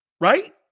Right